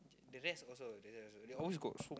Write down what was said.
the rest also the rest also they always got